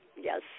Yes